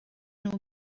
nhw